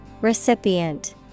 recipient